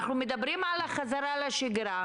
אנחנו מדברים על החזרה לשגרה,